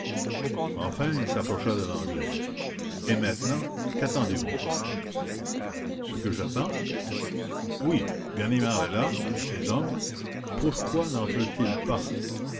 coups il s'approcha de l'anglais et maintenant quattendez vous ce que j'attends oui ganimard est là avec ses hommes pourquoi nentre t il pas